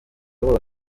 bose